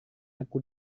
aku